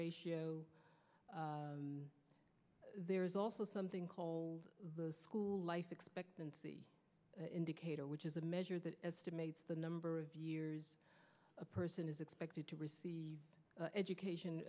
ratio there is also something called the school life expectancy indicator which is a measure that estimates the number of years a person is expected to receive the education